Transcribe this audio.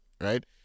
right